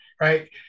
right